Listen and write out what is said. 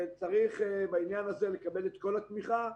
וצריך בעניין הזה לקבל את כל התמיכה.